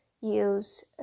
use